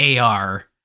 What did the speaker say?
AR